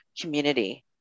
community